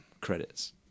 credits